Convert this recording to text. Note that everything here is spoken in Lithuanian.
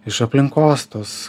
iš aplinkos tos